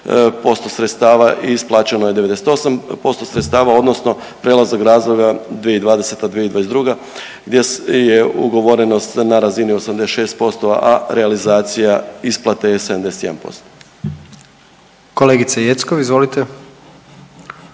posto sredstava i isplaćeno je 98% sredstava, odnosno prijelaznog razdoblja 2020./2022. gdje je ugovorenost na razini 86% a realizacija isplate je 71%. **Jandroković, Gordan